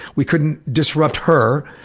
we couldn't disrupt her,